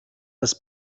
das